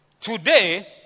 Today